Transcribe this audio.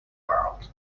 world